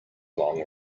long